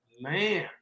man